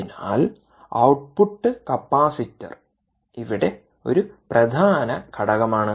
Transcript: അതിനാൽ output capacitor ഇവിടെ ഒരു പ്രധാന ഘടകമാണ്